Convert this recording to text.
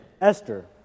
Esther